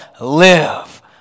live